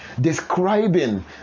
describing